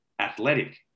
athletic